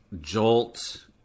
jolt